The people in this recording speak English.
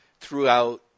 throughout